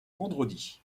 vendredi